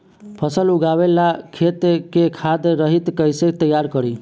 फसल उगवे ला खेत के खाद रहित कैसे तैयार करी?